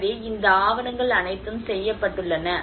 எனவே இந்த ஆவணங்கள் அனைத்தும் செய்யப்பட்டுள்ளன